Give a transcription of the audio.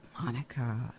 Monica